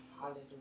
Hallelujah